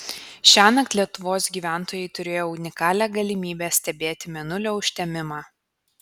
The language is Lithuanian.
šiąnakt lietuvos gyventojai turėjo unikalią galimybę stebėti mėnulio užtemimą